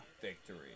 victory